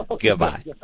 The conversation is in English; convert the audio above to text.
Goodbye